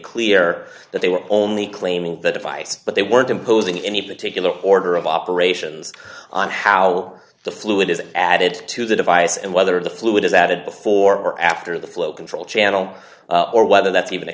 clear that they were only claiming the device but they weren't imposing any particular order of operations on how the fluid is added to the device and whether the fluid is added before or after the flow control channel or whether that's even a